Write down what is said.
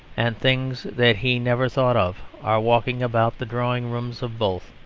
and things that he never thought of are walking about the drawing-rooms of both.